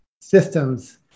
systems